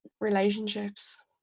relationships